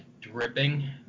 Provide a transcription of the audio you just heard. dripping